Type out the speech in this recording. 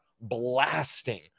blasting